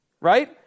right